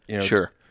Sure